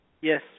Yes